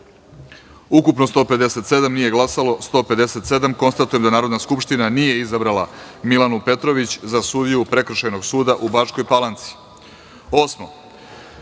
Ukupno – 157, nije glasalo 157.Konstatujem da Narodna skupština nije izabrala Milanu Petrović za sudiju Prekršajnog suda u Bačkoj Palanci. Stavljam